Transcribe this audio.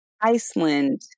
Iceland